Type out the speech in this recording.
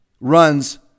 runs